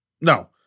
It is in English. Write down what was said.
No